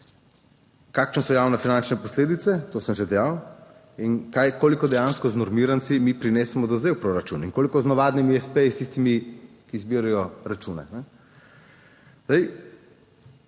kakšne so javnofinančne posledice, to sem že dejal in kaj, koliko dejansko z normiranci mi prinesemo do zdaj v proračun in koliko z navadnimi espeji, s tistimi, ki zbirajo račune.